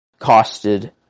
costed